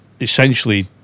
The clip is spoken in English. essentially